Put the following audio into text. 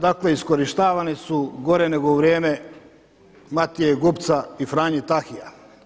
Dakle, iskorištavani su gore nego u vrijeme Matije Gupca i Franje Tahija.